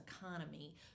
economy